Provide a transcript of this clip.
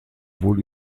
wohl